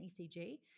ECG